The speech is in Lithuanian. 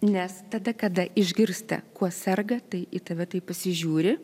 nes tada kada išgirsta kuo serga tai į tave taip pasižiūri